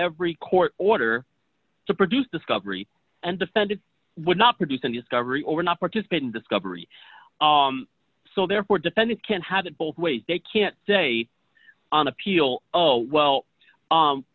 every court order to produce discovery and defendant would not produce an discovery or not participate in discovery so therefore defendant can't have it both ways they can't say on appeal oh well